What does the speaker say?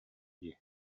дии